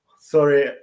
sorry